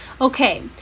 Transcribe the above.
okay